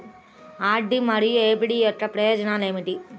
RD మరియు FD యొక్క ప్రయోజనాలు ఏమిటి?